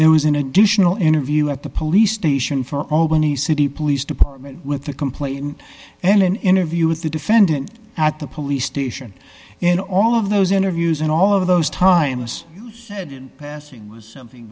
there was an additional interview at the police station for albany city police department with a complaint and an interview with the defendant at the police station in all of those interviews and all of those times you said in passing was something